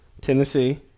Tennessee